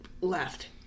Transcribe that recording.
left